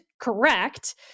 correct